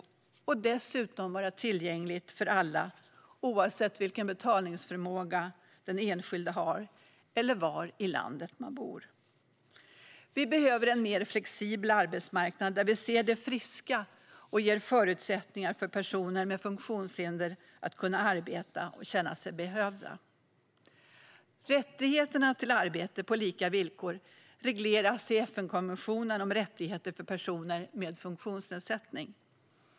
Det ska dessutom vara tillgängligt för alla oavsett vilken betalningsförmåga den enskilde har eller var i landet man bor. Vi behöver en mer flexibel arbetsmarknad, där vi ser det friska och ger förutsättningar för personer med funktionshinder att arbeta och känna sig behövda. Rättigheterna till arbete på lika villkor regleras i FN-konventionen om rättigheter för personer med funktionsnedsättning.